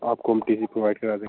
आपको हम T C provide करा दें